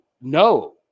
no